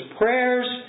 prayers